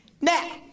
Now